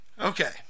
Okay